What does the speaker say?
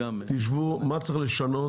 תשבו ותבחנו מה צריך לשנות.